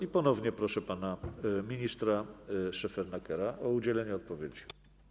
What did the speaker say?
I ponownie proszę pana ministra Szefernakera o udzielenie odpowiedzi.